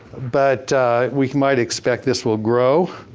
but we might expect this will grow.